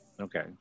okay